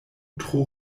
tro